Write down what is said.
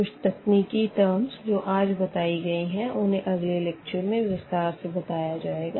कुछ तकनीकी टर्म्स जो आज बताई गई है उन्हें अगले लेक्चर में विस्तार से बताया जाएगा